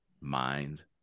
mind